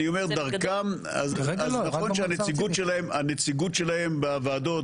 אז יכול להיות שהנציגות שלהם בוועדות